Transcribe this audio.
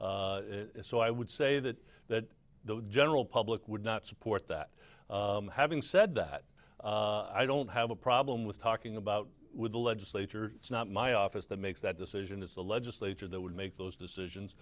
eighty so i would say that that the general public would not support that having said that i don't have a problem with talking about with the legislature it's not my office that makes that decision it's the legislature that would make those decisions